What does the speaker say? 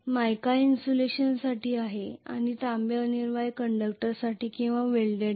मायका इन्सुलेशनसाठी आहे आणि तांबे अनिवार्यपणे कंडक्टरसह किंवा वेल्डेड आहे